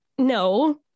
No